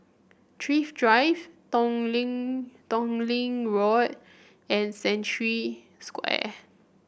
Thrift Drive Tong Lee Tong Lee Road and Century Square